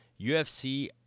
UFC